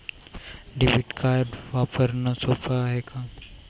Debit card वापरणं सोप हाय का?